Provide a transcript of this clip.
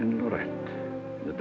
in the